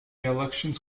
elections